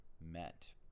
met